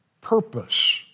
Purpose